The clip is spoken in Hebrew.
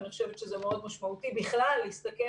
אני חושבת שזה מאוד משמעותי בכלל להסתכל